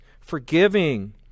Forgiving